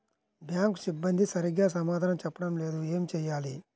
Bank సిబ్బంది సరిగ్గా సమాధానం చెప్పటం లేదు ఏం చెయ్యాలి?